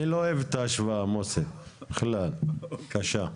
אני לא אוהב את ההשוואה מוסי, בכלל, בבקשה.